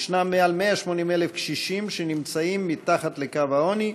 מעל 180,000 קשישים נמצאים מתחת לקו העוני,